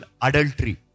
Adultery